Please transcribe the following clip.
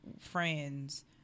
friends